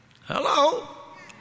Hello